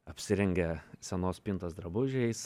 apsirengia senos spintos drabužiais